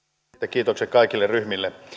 kiitokset kaikille ryhmille